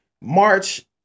March